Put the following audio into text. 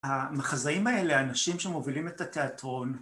המחזאים האלה, האנשים שמובילים את התיאטרון